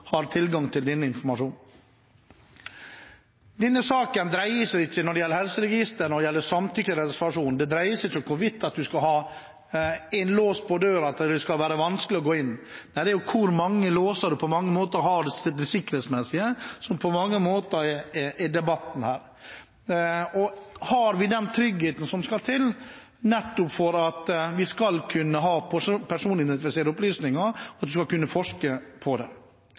har tilgang til denne informasjonen. Når det gjelder helseregister og samtykke til reservasjon, dreier denne saken seg ikke om du skal ha en lås på døra og at det skal være vanskelig å gå inn. Nei, det er hvor mange låser du har når det gjelder det sikkerhetsmessige, som på mange måter er debatten her. Har vi den tryggheten som skal til for å kunne ha personidentifiserende opplysninger og kunne forske på det?